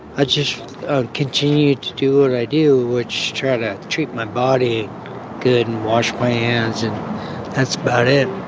ah just ah continue to do what i do, which is try to treat my body good and wash my hands and that's about it,